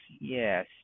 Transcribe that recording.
Yes